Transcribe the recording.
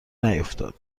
نیفتاد